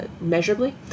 measurably